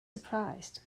surprised